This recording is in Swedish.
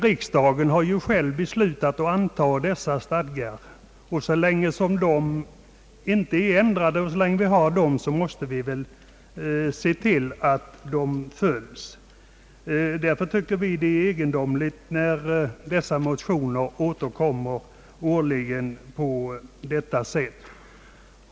Riksdagen har själv beslutat att anta dessa stadgar, och så länge de inte är ändrade måste vi se till att de följs. Vi tycker därför att det är egendomligt att dessa motioner återkommer årligen på detta sätt.